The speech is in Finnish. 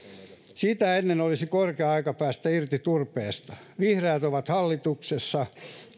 sitä ennen olisi korkea aika päästä irti turpeesta vihreät ovat hallituksessa